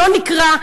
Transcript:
לא נקרא,